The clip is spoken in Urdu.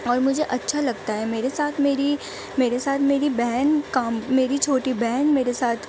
اور مجھے اچھا لگتا ہے میرے ساتھ میری میرے ساتھ میری بہن کام میری چھوٹی بہن میرے ساتھ